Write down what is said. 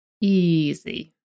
Easy